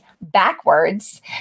backwards